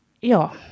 Ja